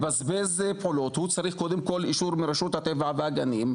הוא צריך קודם כל אישור מרשות הטבע והגנים.